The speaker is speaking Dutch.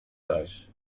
thuis